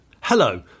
Hello